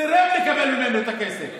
סירב לקבל ממנו את הכסף.